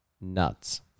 nuts